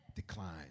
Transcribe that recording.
decline